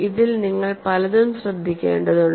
ഇതിൽ നിങ്ങൾ പലതും ശ്രദ്ധിക്കേണ്ടതുണ്ട്